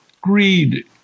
greed